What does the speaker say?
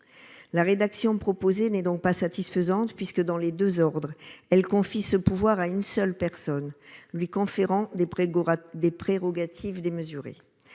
la rédaction proposée n'est donc pas satisfaisante puisque dans les 2 ordres, elle confie ce pouvoir à une seule personne, lui conférant des pré-Gora des prérogatives démesurées,